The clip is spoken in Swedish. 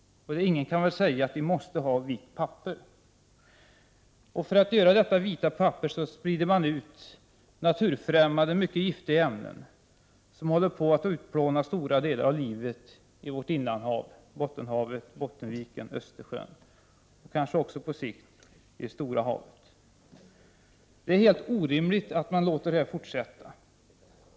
Ingen kan väl säga att vi måste ha vitt papper? För att göra detta vita papper sprider man ut naturfrämmande och mycket giftiga ämnen som håller på att utplåna stora delar av livet i vårt innanhav, Bottenhavet, Bottenviken, Östersjön och kanske även på sikt i det stora havet. Det är helt orimligt att man låter detta fortsätta.